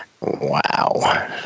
Wow